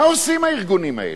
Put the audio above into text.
מה עושים הארגונים האלה?